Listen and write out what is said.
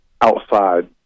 outside